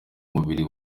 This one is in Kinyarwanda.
y’umubiri